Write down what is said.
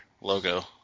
logo